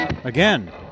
Again